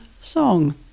Song